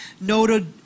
noted